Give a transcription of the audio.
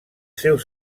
seus